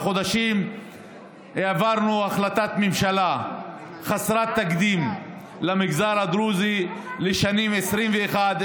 העברנו החלטת ממשלה חסרת תקדים למגזר הדרוזי לשנים 2021,